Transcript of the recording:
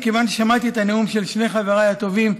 כיוון ששמעתי את הנאום של שני חבריי הטובים,